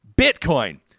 bitcoin